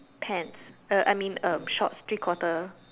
pants uh I mean um shorts three quarter